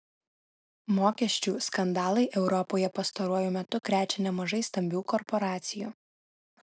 mokesčių skandalai europoje pastaruoju metu krečia nemažai stambių korporacijų